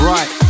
Right